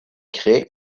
crée